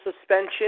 suspension